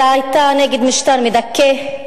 אלא היתה נגד משטר מדכא,